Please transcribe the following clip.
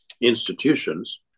institutions